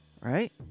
Right